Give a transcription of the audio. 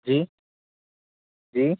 जी जी